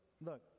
look